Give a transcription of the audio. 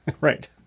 Right